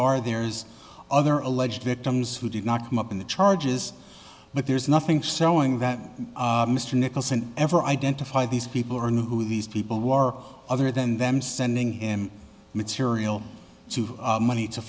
r there's other alleged victims who did not come up in the charges but there's nothing sewing that mr nicholson ever identify these people or knew who these people were are other than them sending him material to money to